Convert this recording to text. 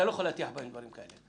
אתה לא יכול להטיח בהם דברים כאלה,